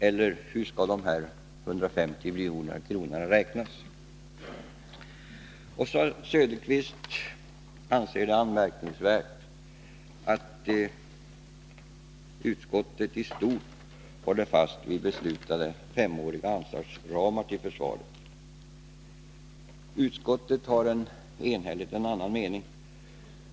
Eller hur skall dessa 150 milj.kr. räknas? Oswald Söderqvist anser det vara anmärkningsvärt att utskottet i stort håller fast vid beslutade femåriga anslagsramar till försvaret. Utskottet har enhälligt en annan mening.